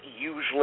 usually